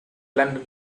london